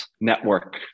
network